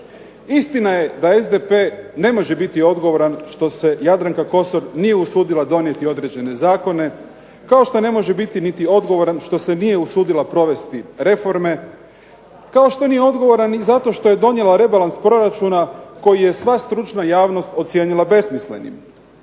Istina je da SDP ne može biti odgovoran što se Jadranka Kosor nije usudila donijeti određene zakone, kao što ne može biti niti odgovoran što se nije usudila provesti reforme, kao što nije odgovoran ni zato što je donijela rebalans proračuna koji je sva stručna javnost ocijenila besmislenim.